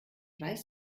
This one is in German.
weiß